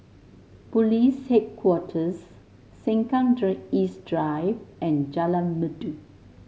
Police Headquarters Sengkang East Drive and Jalan Merdu